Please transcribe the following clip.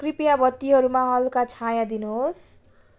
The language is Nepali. कृपया बत्तिहरूमा हल्का छाँया दिनुहोस्